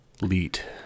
Leet